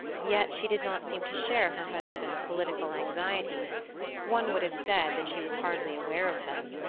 yet she did not seem to share her husband's political anxieties one would have said that she was hardly aware of them.